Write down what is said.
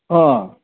অঁ